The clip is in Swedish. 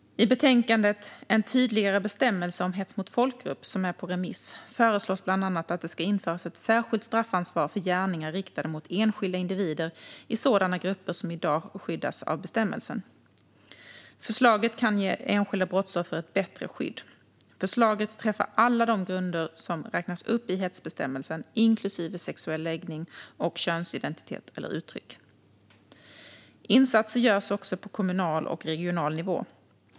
I betänkandet En tydligare bestämmelse om hets mot folkgrupp , som är på remiss, föreslås bland annat att det ska införas ett särskilt straffansvar för gärningar riktade mot enskilda individer i sådana grupper som i dag skyddas av bestämmelsen. Förslaget kan ge enskilda brottsoffer ett bättre skydd. Förslaget träffar alla de grunder som räknas upp i hetsbestämmelsen, inklusive sexuell läggning och könsidentitet eller uttryck. Insatser görs också på kommunal och regional nivå.